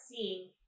seeing